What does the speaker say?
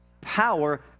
power